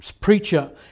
preacher